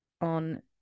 on